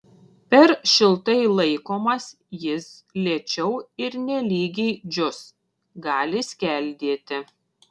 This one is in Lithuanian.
per šiltai laikomas jis lėčiau ir nelygiai džius gali skeldėti